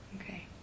Okay